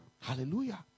Hallelujah